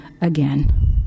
again